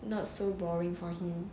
not so boring for him